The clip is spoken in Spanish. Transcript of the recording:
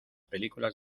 películas